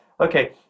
okay